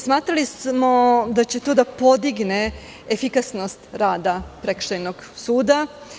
Smatrali smo da će to da podigne efikasnost rada prekršajnog suda.